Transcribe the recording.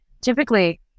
Typically